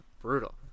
brutal